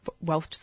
wealth